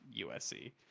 USC